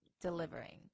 delivering